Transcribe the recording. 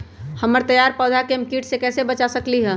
हमर तैयार पौधा के हम किट से कैसे बचा सकलि ह?